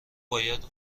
باید